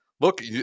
Look